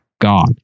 God